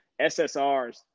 SSRs